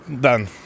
Done